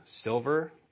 silver